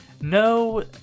No